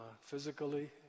physically